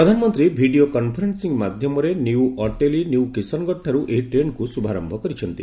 ପ୍ରଧାନମନ୍ତ୍ରୀ video conferencing ମାଧ୍ୟମରେ new Ateli new Kishangarh ଠାରୁ ଏହି ଟ୍ରେନ୍କୁ ଶୁଭାରୟ କରିଛନ୍ତି